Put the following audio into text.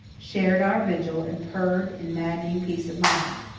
shared our vigil and purred in maddening peace of mind.